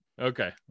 okay